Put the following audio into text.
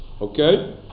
Okay